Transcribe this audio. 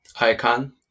Icon